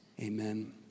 amen